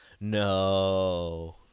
no